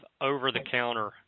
over-the-counter